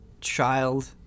child